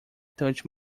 touch